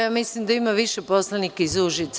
Ja mislim da ima više poslanika iz Užica.